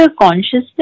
consciousness